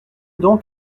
donc